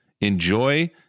enjoy